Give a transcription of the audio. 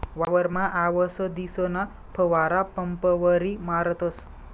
वावरमा आवसदीसना फवारा पंपवरी मारतस